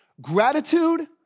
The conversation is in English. gratitude